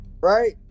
Right